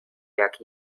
jak